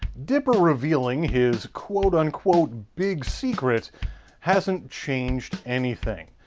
dipper revealing his quote unquote big secret hasn't changed anything,